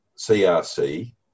CRC